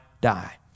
die